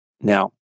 Now